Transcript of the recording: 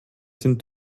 sind